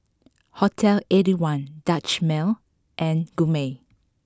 Hotel Eighty One Dutch Mill and Gourmet